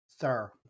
sir